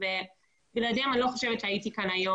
בדיוק במקום שאני נמצאת.